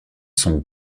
sont